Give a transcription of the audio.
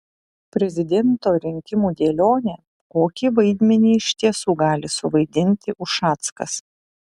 prezidento rinkimų dėlionė kokį vaidmenį iš tiesų gali suvaidinti ušackas